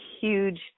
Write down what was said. huge